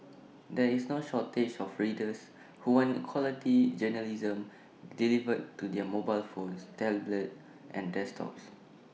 there is no shortage of readers who want quality journalism delivered to their mobile phones tablets and desktops